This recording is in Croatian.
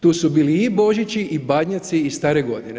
Tu su bili i Božići i Badnjaci i Stare godine.